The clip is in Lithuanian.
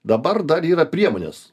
dabar dar yra priemonės